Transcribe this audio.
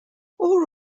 all